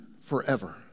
forever